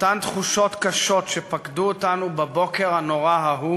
אותן תחושות קשות שפקדו אותנו בבוקר הנורא ההוא